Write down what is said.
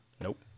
Nope